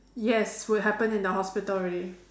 yes will happen in the hospital already